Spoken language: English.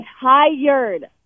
tired